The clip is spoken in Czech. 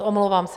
Omlouvám se.